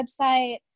website